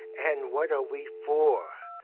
and what are we for?